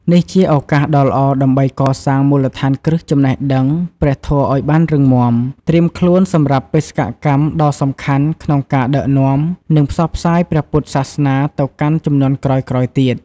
នេះជាឱកាសដ៏ល្អដើម្បីកសាងមូលដ្ឋានគ្រឹះចំណេះដឹងព្រះធម៌ឱ្យបានរឹងមាំ ត្រៀមខ្លួនសម្រាប់បេសកកម្មដ៏សំខាន់ក្នុងការដឹកនាំ និងផ្សព្វផ្សាយព្រះពុទ្ធសាសនាទៅកាន់ជំនាន់ក្រោយៗទៀត។